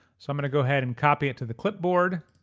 so i'm gonna go ahead and copy it to the clipboard.